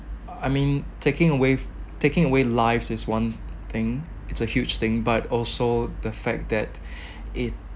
I mean taking away taking away lives is one thing it's a huge thing but also the fact that it